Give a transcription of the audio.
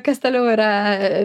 kas toliau yra